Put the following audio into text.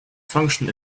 function